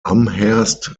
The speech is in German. amherst